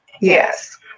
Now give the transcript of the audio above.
Yes